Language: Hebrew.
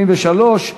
73)